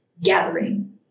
gathering